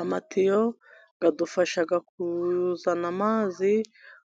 Amatiyo adufasha kuzana amazi